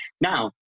Now